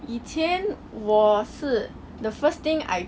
以前我是 the first thing I